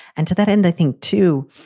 and to that end, i think, too,